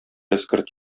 эскерт